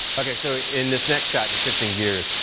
okay, so in this next shot in shifting gears,